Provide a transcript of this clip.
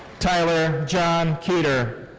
tyler john keeter.